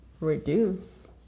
reduce